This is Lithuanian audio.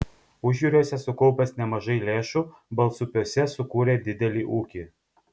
užjūriuose sukaupęs nemažai lėšų balsupiuose sukūrė didelį ūkį